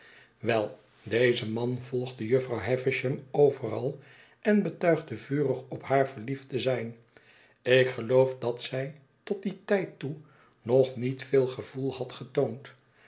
wel deze man volgde jufvrouw havisham overal en betuigde vurig op haar verliefd te zijn ik geloof dat zij tot dien tijd toe nog niet veel gevoel had getoond